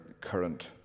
current